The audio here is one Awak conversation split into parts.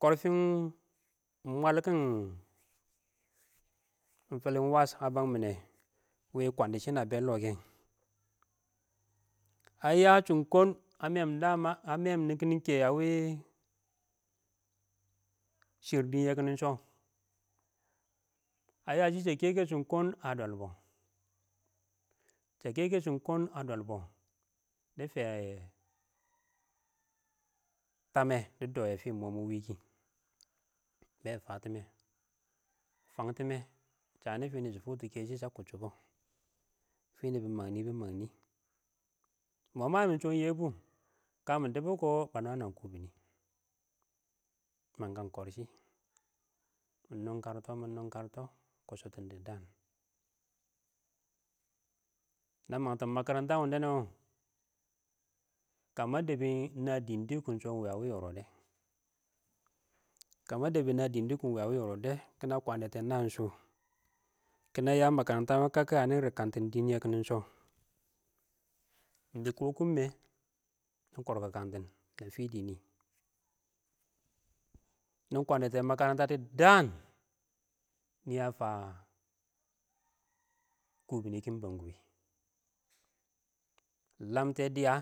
Korfin mwalkɪn fɪlɪnwəs ə bəng mɪnɛ wɪ kwəndɪshɪ nə bɛɛn lɔɔ kɛ, ə yəə chʊn gɔɔn ə mɛɛm dəma, ə mɛɛm nɪn kɪ nɪ kɛ ə wɪ, shɪr dɪɪn yɛkɪnɪ shɔ ə yəə shisha keke shɪn kʊn a dɔlbɔ sha keke shɪn kʊn a dolbo dɪ fəyɛ, tamɛ dɪ dowe fɪ mʊ mɪ wɪɪn kɪ be fatime, fəngtɪmɛ, shənɪ fɪshʊ fɪ ə kʊcchʊbɔ fɪnɪ bɪ məngnɪ, bɪ məng nɪ, mʊ ma ɪng mɪn shɔ shɪ yɛbʊ kə ma dibɔ kɔ, bə nwam nwən kubini, ma mang kwaan korshi ɪng nungkartɔ mɪ mɪ nʊnkərtɔ kʊshʊtɪn dɪ daan, nə məngtɪn məkərəntə wʊndɛnɛ wɔ, kama debba ɪng na dɪn dɪɪ kɔ ɪng sho ɪng wɪɪn a wɪɪn yɔrode, kama debi na dɪn dɪ kʊ ɪng wɪɪn a wɪɪn yorode kina kwəndɪtɪn ɪng nə shʊ kɪ nə ya makaranta ɪng kaka yani mikkangtin dɪɪn yekɪ sho, dɪ kokin mɪ, kiɪnɪ korkikangtin a fɪn dɪn nɪ nɪ kwandite makarata dɪ daan, nɪ ya fa, kubini kɪ ɪng bengkuwi, lamte dɪya,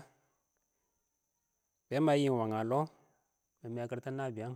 be ma yɪɪ nwəng ə lɔɔ. mɪ mekirtɪ nabiyang.